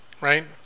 Right